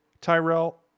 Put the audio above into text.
Tyrell